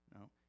No